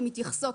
הן מתייחסות,